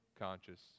conscious